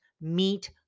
meet